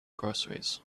groceries